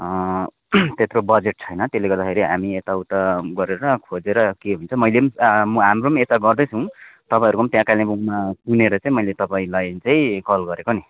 त्यत्रो बजेट छैन त्यसले गर्दाखेरि हामी यताउता गरेर खोजेर के हुन्छ मैले पनि हाम्रो पनि यता गर्दैछुम् तपाईँहरूको पनि त्यहाँ कालिम्पोङमा सुनेर चाहिँ मैले तपाईँलाई चाहिँ कल गरेको नि